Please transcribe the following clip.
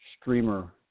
Streamer